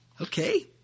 Okay